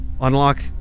unlock